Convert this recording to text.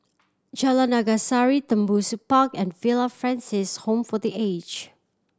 Jalan Naga Sari Tembusu Park and Villa Francis Home for The Aged